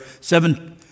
seven